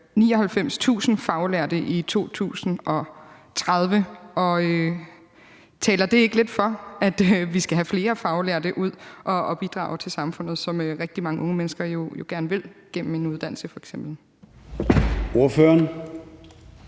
99.000 faglærte i 2030. Taler det ikke lidt for, at vi skal have flere faglærte ud at bidrage til samfundet, som rigtig mange unge mennesker jo gerne vil, gennem en uddannelse f.eks.?